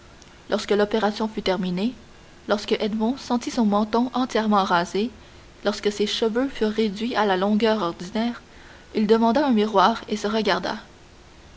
lorsque l'opération fut terminée lorsque edmond sentit son menton entièrement rasé lorsque ses cheveux furent réduits à la longueur ordinaire il demanda un miroir et se regarda